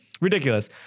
Ridiculous